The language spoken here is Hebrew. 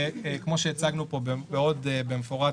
וכמו שהצגנו פה במפורט,